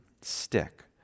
stick